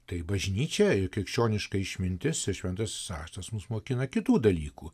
tai bažnyčia ir krikščioniška išmintis šventasis raštas mus mokina kitų dalykų